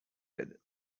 بده